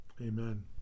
Amen